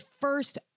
first